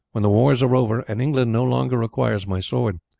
when the wars are over, and england no longer requires my sword,